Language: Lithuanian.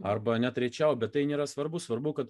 arba net rečiau bet tai nėra svarbu svarbu kad